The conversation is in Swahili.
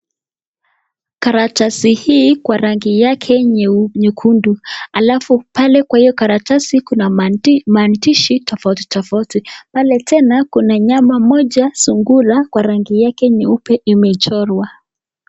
Karatasi hii kwa rangi yake nyekundu. Halafu pale kwa hiyo karatasi kuna maandishi tofauti tofauti pale tena kuna nyama moja sungura kwa rangi yake nyeupe imechorwa.